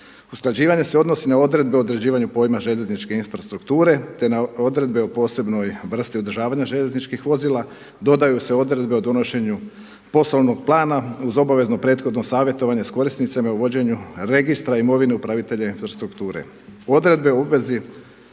Usklađivanje se odnosi na odredbe o određivanju pojma željezničke infrastrukture, te na odredbe o posebnoj vrsti održavanja željezničkih vozila, dodaju se odredbe o donošenju poslovnog plana uz obavezno prethodno savjetovanje sa korisnicima i uvođenju registra imovine upravitelja infrastrukture. Odredbe o obvezi